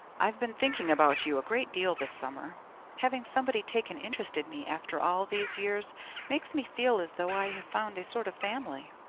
i have been thinking about you a great deal this summer having somebody take an interest in me after all these years makes me feel as though i had found a sort of family.